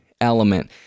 element